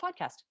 podcast